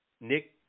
Nick